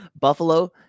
Buffalo